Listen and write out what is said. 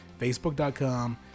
Facebook.com